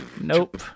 Nope